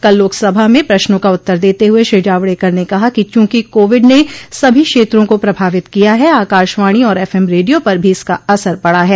कल लोकसभा में प्रश्नों का उत्तर देते हुए श्री जावड़ेकर ने कहा कि चूंकि कोविड ने सभी क्षेत्रों को प्रभावित किया है आकाशवाणी और एफएम रेडियो पर भी इसका असर पड़ा है